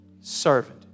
servant